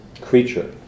creature